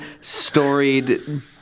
storied